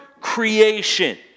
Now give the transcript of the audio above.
creation